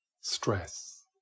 stress